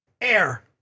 Air